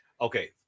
Okay